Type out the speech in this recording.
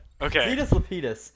okay